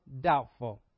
doubtful